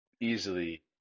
Easily